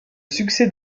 succès